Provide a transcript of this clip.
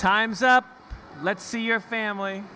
times up let's see your family